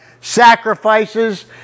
sacrifices